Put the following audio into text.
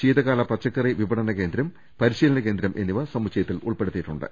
ശീതകാല പച്ചക്കറി വിപണന കേന്ദ്രം പരിശീലന കേന്ദ്രം എന്നിവ സമുച്ചയത്തിൽ ഉൾപ്പെടുത്തി യിട്ടുണ്ട്